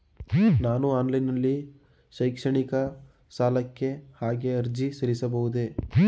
ನಾನು ಆನ್ಲೈನ್ ನಲ್ಲಿ ಶೈಕ್ಷಣಿಕ ಸಾಲಕ್ಕೆ ಹೇಗೆ ಅರ್ಜಿ ಸಲ್ಲಿಸಬಹುದು?